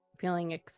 feeling